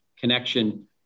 connection